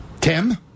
Tim